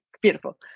Beautiful